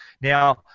Now